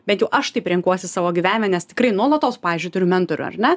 bent jau aš taip renkuosi savo gyvenime nes tikrai nuolatos pavyzdžiui turiu mentorių ar ne